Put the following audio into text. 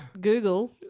Google